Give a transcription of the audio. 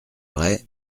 vrai